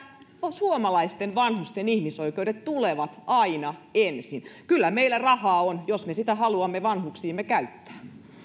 suomalaisten vanhusten ihmisoikeudet tulevat aina ensin kyllä meillä rahaa on jos me sitä haluamme vanhuksiimme käyttää